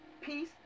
peace